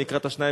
אני אקרא שניים,